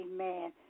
Amen